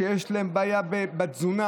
שיש להם בעיה בתזונה,